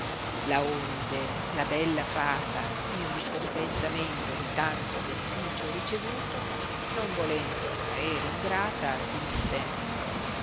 rimase laonde la bella fata in ricompensamento di tanto beneficio ricevuto non volendo parer ingrata disse